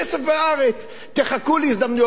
תחכו להזדמנויות עסקיות,